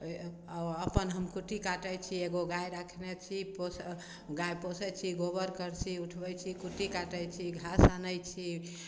आ अपन हम कुट्टी काटै छी एगो गाय राखने छी पो गाय पोसै छी गोबर कर्सी उठबै छै कुट्टी काटै छी घास आनै छी